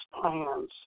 plans